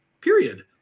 period